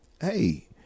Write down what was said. Hey